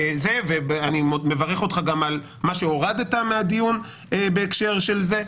ואני מברך אותך גם על מה שהורדת בדיון בהקשר של זה,